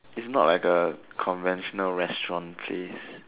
is not like the conventional restaurant please